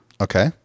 Okay